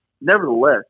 nevertheless